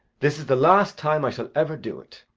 this is the last time i shall ever do it.